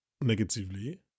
negatively